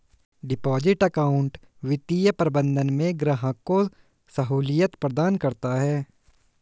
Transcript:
deposit account वित्तीय प्रबंधन में ग्राहक को सहूलियत प्रदान करता है